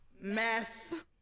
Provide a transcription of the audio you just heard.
Mess